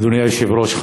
אדוני היושב-ראש,